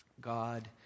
God